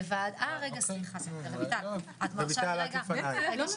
אה רגע, סליחה, רויטל, את מרשה לי רגע להגיד משהו?